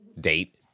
date